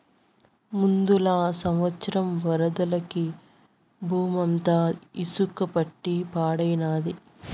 ముందల సంవత్సరం వరదలకి బూమంతా ఇసక పట్టి పాడైనాది